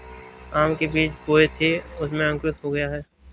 आम के जो बीज बोए थे उनमें अंकुरण हो गया है